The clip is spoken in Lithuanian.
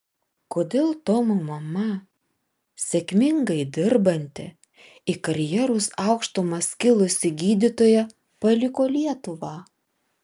kodėl tomo mama sėkmingai dirbanti į karjeros aukštumas kilusi gydytoja paliko lietuvą